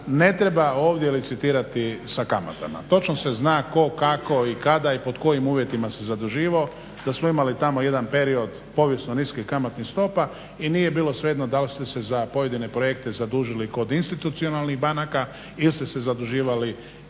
ne treba ovdje licitirati sa kamatama. Točno se zna ko, kako, i kada, i pod kojim uvjetima se zaduživao. Da smo imali tamo jedan period povisno niskih kamatnih stopa i nije bilo svejedno dal ste se za pojedine projekta zadužili kod institucionalnih banaka ili ste se zaduživali